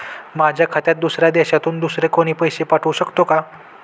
माझ्या खात्यात दुसऱ्या देशातून दुसरे कोणी पैसे पाठवू शकतो का?